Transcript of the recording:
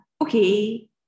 Okay